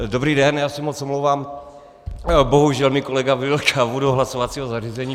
Dobrý den, já se moc omlouvám, bohužel mi kolega vylil kávu do hlasovacího zařízení.